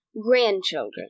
grandchildren